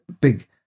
big